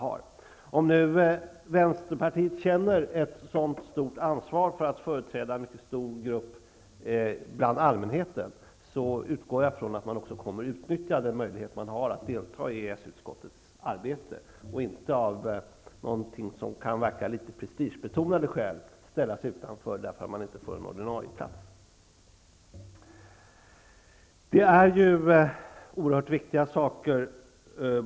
Om man nu i Vänsterpartiet känner ett mycket stort ansvar när det gäller detta med att företräda en mycket stor grupp bland allmänheten utgår jag från att man utnyttjar möjligheten att delta i EES utskottets arbete i stället för att av, skulle jag vilja säga, litet prestigebetonade skäl ställa sig utanför på grund av att man inte får en ordinarie plats.